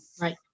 right